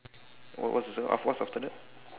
what's what's the after that